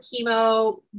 chemo